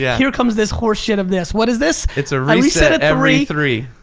yeah here comes this horseshit of this. what is this? it's a reset every three.